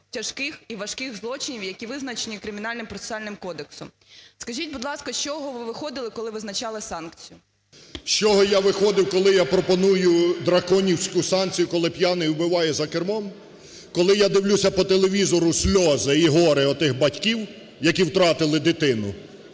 тяжких і важких злочинів, які визначені Кримінально-процесуальним кодексом. Скажіть, будь ласка, з чого ви виходили, коли визначали санкцію? 10:53:00 ЛЯШКО О.В. З чого я виходив, коли я пропоную драконівську санкцію, коли п'яний вбиває за кермом? Коли я дивлюся по телевізору сльози і горе отих батьків, які втратили дитину,